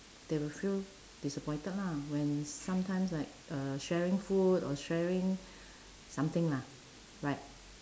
they will feel disappointed lah when sometimes like uh sharing food or sharing something lah right